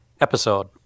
Episode